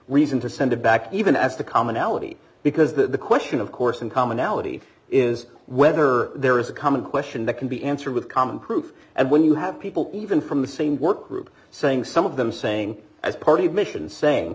reason to send it back even as the commonality because that the question of course and commonality is whether there is a common question that can be answered with common proof and when you have people even from the same work group saying some of them saying as part of a mission saying